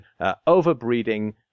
overbreeding